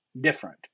different